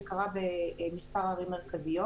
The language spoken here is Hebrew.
זה קרה במספר ערים מרכזיות.